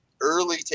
early